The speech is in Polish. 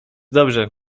dobrze